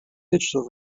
digital